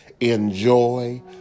Enjoy